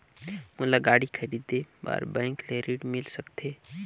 मोला गाड़ी खरीदे बार बैंक ले ऋण मिल सकथे?